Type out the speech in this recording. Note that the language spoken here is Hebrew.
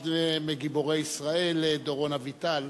ואחד מגיבורי ישראל, דורון אביטל,